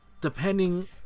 depending